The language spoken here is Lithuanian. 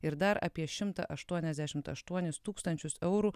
ir dar apie šimtą aštuoniasdešimt aštuonis tūkstančius eurų